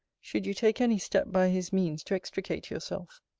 should you take any step by his means to extricate yourself.